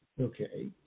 Okay